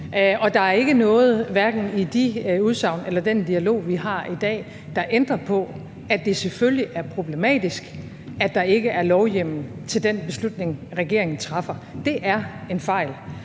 jeg. Der er ikke noget, hverken i de udsagn eller i den dialog, vi har i dag, der ændrer på, at det selvfølgelig er problematisk, at der ikke er lovhjemmel til den beslutning, regeringen træffer. Det er en fejl.